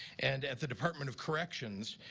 and at the department of corrections,